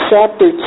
Chapter